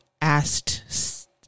asked